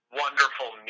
wonderful